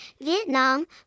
Vietnam